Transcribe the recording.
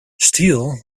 steele